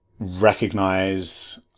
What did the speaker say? recognize